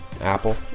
Apple